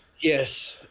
Yes